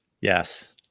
Yes